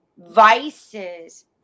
vices